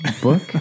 book